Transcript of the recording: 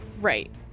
Right